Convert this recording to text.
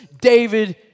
David